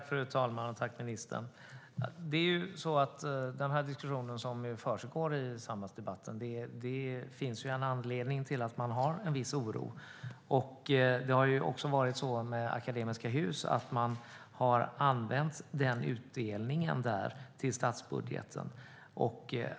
Fru talman! Det är ju så när det gäller den här diskussionen som försiggår i samhällsdebatten att det finns en anledning till att man känner en viss oro. Med Akademiska Hus har det varit så att man har använt utdelningen där till statsbudgeten.